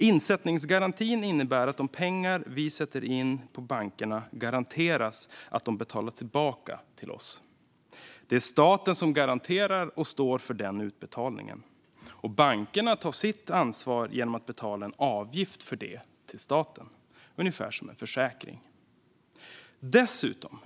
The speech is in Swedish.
Insättningsgarantin innebär att de pengar vi sätter in på bankerna garanterat betalas tillbaka till oss. Det är staten som garanterar och står för den utbetalningen. Bankerna tar sitt ansvar genom att betala en avgift för det till staten, ungefär som en försäkring.